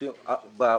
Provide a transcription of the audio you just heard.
תראו,